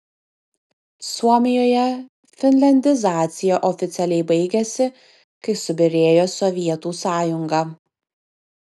suomijoje finliandizacija oficialiai baigėsi kai subyrėjo sovietų sąjunga